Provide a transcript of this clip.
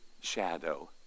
shadow